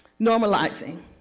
Normalizing